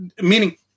Meaning